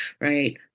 right